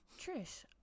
trish